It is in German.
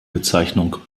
bezeichnung